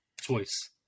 choice